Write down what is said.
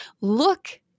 look